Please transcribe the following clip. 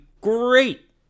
great